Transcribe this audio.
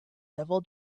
devil